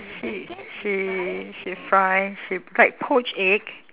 she she she fry she like poached egg